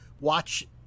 watch